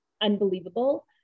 unbelievable